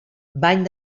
bany